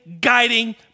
guiding